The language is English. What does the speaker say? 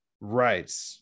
Right